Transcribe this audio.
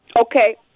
okay